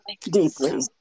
deeply